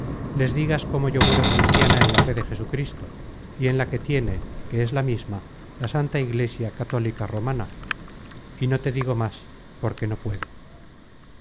les digas cómo yo muero cristiana en la fe de jesucristo y en la que tiene que es la misma la santa iglesia católica romana y no te digo más porque no puedo